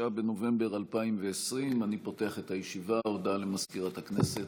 11 בנובמבר 2020 / 5 חוברת ה' ישיבה צ"ח הישיבה התשעים-ושמונה של הכנסת